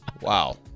Wow